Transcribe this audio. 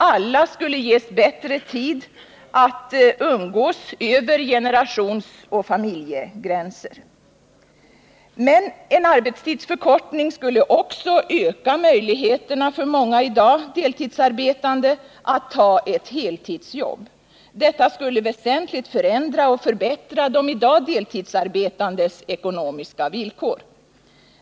Alla skulle ges bättre tid att umgås över generationsoch familjegränser. Men en arbetstidsförkortning skulle också öka möjligheterna för många i dag deltidsarbetande att ta ett heltidsjobb. Detta skulle väsentligt förändra och förbättra de i dag deltidsarbetandes ekonomiska villkor.